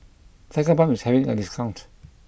Tigerbalm is having a discount